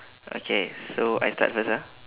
okay so I start first ah